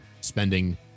spending